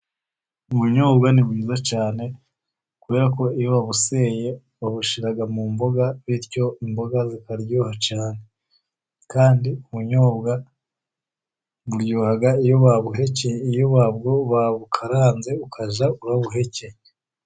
Ubunyobwa ni bwiza cyane kubera ko iyo babuseye babushira mu mboga, bityo imboga zikaryoha cyane. Kandi ubunyobwa buryoha iyo babukaranze ukajya urabuhekenya.